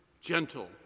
gentle